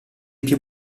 più